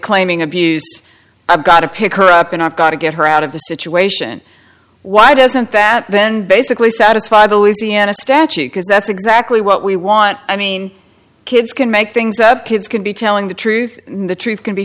claiming abuse i've got to pick her up and i've got to get her out of the situation why doesn't that then basically satisfy the louisiana statute because that's exactly what we want i mean kids can make things up kids can be telling the truth and the truth can be